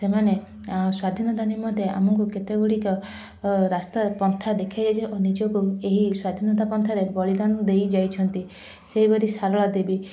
ସେମାନେ ସ୍ୱାଧୀନତା ନିମନ୍ତେ ଆମକୁ କେତେ ଗୁଡ଼ିକ ରାସ୍ତା ପନ୍ଥା ଦେଖାଇଯାଇଛନ୍ତି ଓ ନିଜକୁ ଏହି ସ୍ୱାଧୀନତା ପନ୍ଥାରେ ବଳିଦାନ ଦେଇଯାଇଛନ୍ତି ସେହିପରି ସାରଳା ଦେବୀ